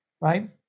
right